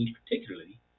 particularly